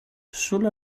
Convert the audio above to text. solo